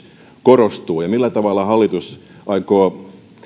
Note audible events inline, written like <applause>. <unintelligible> korostuu ja millä tavalla hallitus aikoo